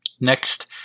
Next